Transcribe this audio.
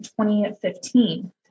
2015